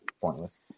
pointless